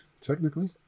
technically